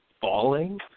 falling